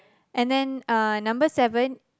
and then uh number seven